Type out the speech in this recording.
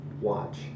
watch